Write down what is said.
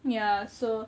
ya so